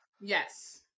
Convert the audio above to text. Yes